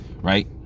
right